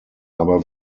aber